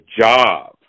job